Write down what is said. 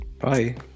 Bye